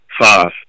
Five